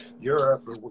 Europe